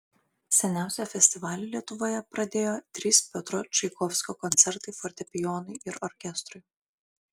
seniausią festivalį lietuvoje pradėjo trys piotro čaikovskio koncertai fortepijonui ir orkestrui